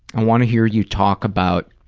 i want to hear you talk about